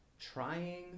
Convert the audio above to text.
trying